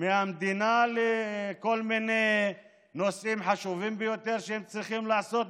מהמדינה לכל מיני נושאים חשובים ביותר שהם צריכים לעשות,